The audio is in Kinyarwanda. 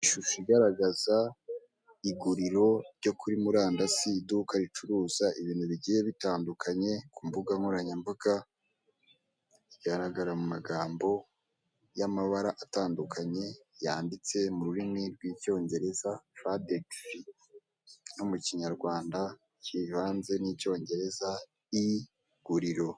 Ishusho igaragaza iguriro ryo kuri murandasi iduka ricuruza ibintu bigiye bitandukanye ku mbugankoranyambaga, igaragara mu magambo y'amabara atandukanye yanditse mu rurimi rw'cyongereza, fadekisi no mu kinyarwanda kivanze n'icyongereza i guriro.